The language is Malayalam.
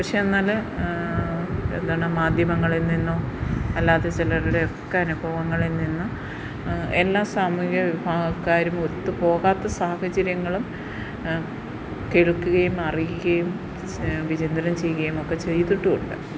പക്ഷേ എന്നാൽ എന്താണ് മാധ്യമങ്ങളിൽ നിന്നും അല്ലാതെ ചിലരുടെയൊക്കെ അനുഭവങ്ങളിൽ നിന്നും എല്ലാ സാമൂഹ്യ വിഭാഗക്കാരും ഒത്തു പോകാത്ത സാഹചര്യങ്ങളും കേൾക്കുകയും അറിയുകയും വിചിന്തനം ചെയ്യുകയും ഒക്കെ ചെയ്തിട്ടുമുണ്ട്